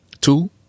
Two